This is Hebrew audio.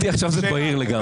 האמת היא שעכשיו זה בהיר לגמרי.